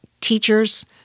teachers